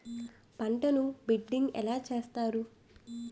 పంటను బిడ్డింగ్ ఎలా చేస్తారు?